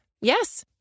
Yes